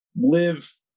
live